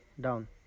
down